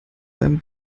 beim